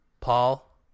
Paul